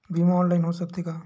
बीमा ऑनलाइन हो सकत हे का?